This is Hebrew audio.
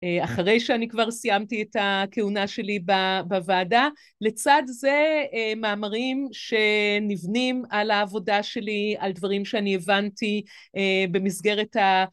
אחרי שאני כבר סיימתי את הכהונה שלי בוועדה, לצד זה מאמרים שנבנים על העבודה שלי, על דברים שאני הבנתי במסגרת ה...